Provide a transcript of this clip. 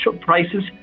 prices